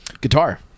Guitar